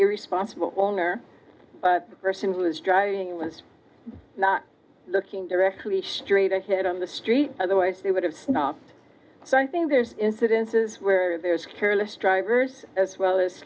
your responsible owner but the person who is driving was not looking directly straight ahead on the street otherwise they would have snapped so i think there's incidences where there's careless drivers as well as